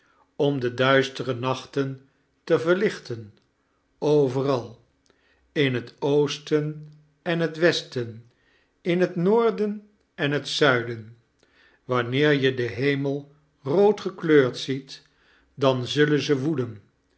om de duistere nachten te verlichten overal in het oosten en het westen in het noorden en het zuidein wanneer je den hetnel roodgekleurd ziet dan zullen ze woeden